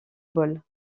ball